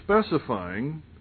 specifying